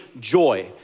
joy